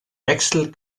wechsel